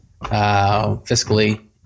fiscally